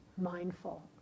mindful